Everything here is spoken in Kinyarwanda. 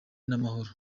n’amahoro